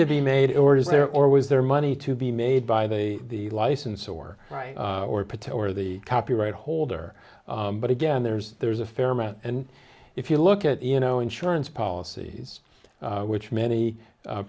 to be made or is there or was there money to be made by the the license or right or patel or the copyright holder but again there's there's a fair amount and if you look at you know insurance policies which many